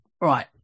Right